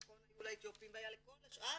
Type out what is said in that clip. נכון, היו לאתיופים והיה לכל השאר.